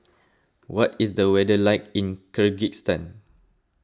what is the weather like in Kyrgyzstan